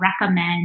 recommend